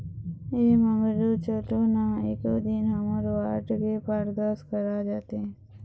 ऐ मंगलू चलो ना एको दिन हमर वार्ड के पार्षद करा जातेन